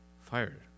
fired